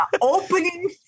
opening